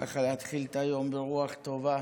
ככה להתחיל את היום ברוח טובה.